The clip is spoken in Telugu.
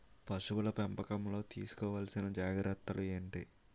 పశువుల పెంపకంలో తీసుకోవల్సిన జాగ్రత్తలు ఏంటి?